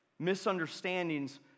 misunderstandings